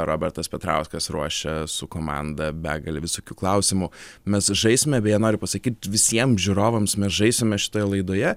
robertas petrauskas ruošia su komanda begalė visokių klausimų mes žaisime beje noriu pasakyt visiem žiūrovams mes žaisime šitoje laidoje